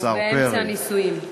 הוא באמצע ניסויים.